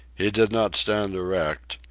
he did not stand erect,